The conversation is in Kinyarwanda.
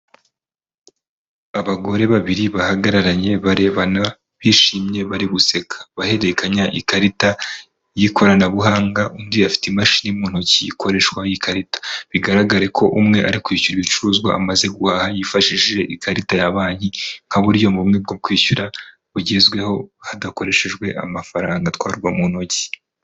Abagore babiri bahagararanye barebana bishimye bari guseka bahererekanya ikarita y'ikoranabuhanga undi afite imashini mu ntoki ikoreshwa y'ikarita, bigaragare ko umwe ari kwishyura ibicuruzwa amaze guhaha yifashishije ikarita ya banki nka buryo mu bumwe bwo kwishyura bugezweho hadakoreshejwe amafaranga atwarwa mu ntoki.